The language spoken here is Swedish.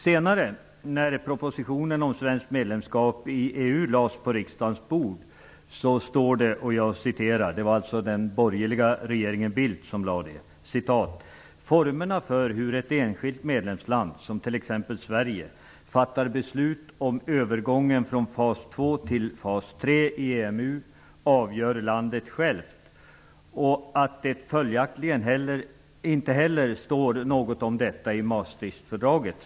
I den proposition om svenskt medlemskap som senare lades på riksdagens bord av regeringen Bildt framhålls att formerna för hur ett enskilt medlemsland - som t.ex. Sverige - fattar beslut om övergången från fas två till fas tre i EMU avgörs av landet självt och att det inte står något om detta i Maastrichtfördraget.